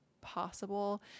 possible